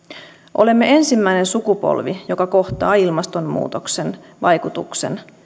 olemme ensimmäinen sukupolvi joka kohtaa ilmastonmuutoksen vaikutuksen